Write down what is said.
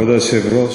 כבוד היושב-ראש,